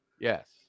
Yes